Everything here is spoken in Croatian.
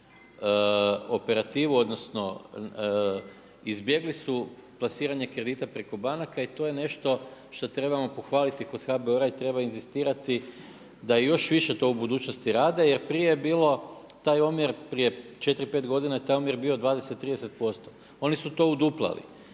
operativu odnosno izbjegli su plasiranje kredita preko banaka i to je nešto što trebamo pohvaliti kod HBOR-a i treba inzistirati da i još više to u budućnosti rade. Jer prije je bilo taj omjer, prije 4, 5 godina je taj omjer bio 20, 30%. Oni su to uduplali.